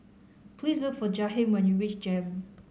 please look for Jaheem when you reach JEM